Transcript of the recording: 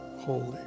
holy